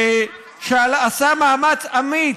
שעשה מאמץ אמיץ,